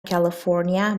california